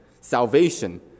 salvation